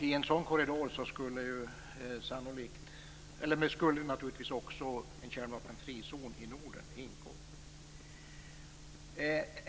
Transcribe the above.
I en sådan korridor skulle naturligtvis en kärnvapenfri zon i Norden ingå.